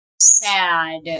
sad